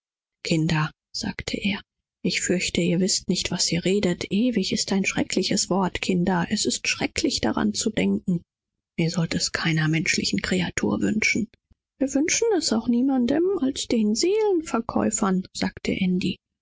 kinder sagte er ich fürchte ihr wißt nicht was ihr sprecht ewig ist ein schreckliches wort s schaudert einen dran zu denken solltet das keiner menschlichen kreatur wünschen wir wollen's niemanden wünschen nur den seelenverkäufern sagte